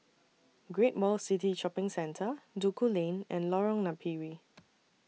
Great World City Shopping Centre Duku Lane and Lorong Napiri